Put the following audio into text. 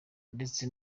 ndetse